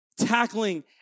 tackling